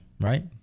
right